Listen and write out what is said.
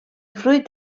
fruit